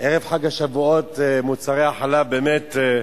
ערב חג השבועות, מוצרי החלב, באמת,